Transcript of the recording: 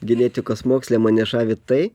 genetikos moksle mane žavi tai